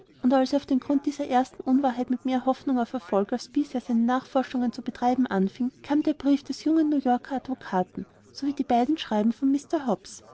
und als er auf grund dieser ersten unwahrheit mit mehr hoffnung auf erfolg als bisher seine nachforschungen zu betreiben anfing kam der brief des jungen new yorker advokaten sowie die beiden schreiben von mr hobbs